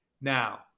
Now